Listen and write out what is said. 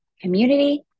community